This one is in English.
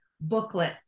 booklet